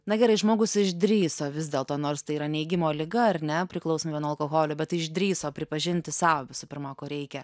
na gerai žmogus išdrįso vis dėlto nors tai yra neigimo liga ar ne priklausoma nuo alkoholio bet išdrįso pripažinti sau visų pirma ko reikia